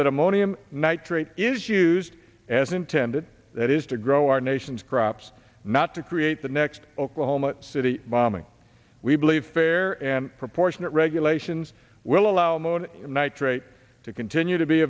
that ammonium nitrate is used as intended that is to grow our nation's crops not to create the next oklahoma city bombing we believe fair and proportionate regulations will allow mon nitrate to continue to be